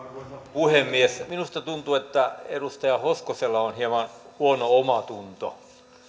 puhemies minusta tuntuu että edustaja hoskosella on hieman huono omatunto